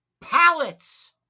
pallets